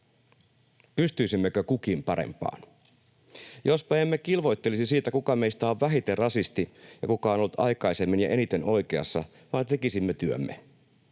Pystyisimmekö kukin parempaan? Jospa me emme kilvoittelisi siitä, kuka meistä on vähiten rasisti ja kuka on ollut aikaisemmin ja eniten oikeassa, vaan tekisimme työmme.